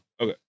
Okay